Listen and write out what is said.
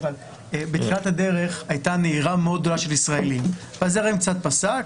בתחילת הדרך הייתה נהירה מאוד גדולה של ישראלים והזרם קצת פסק.